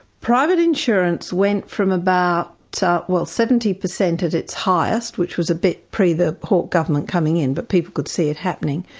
private insurance went from about, well seventy percent at its highest, which was a bit pre the hawke government coming in, but people could see it happening,